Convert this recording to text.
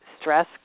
stress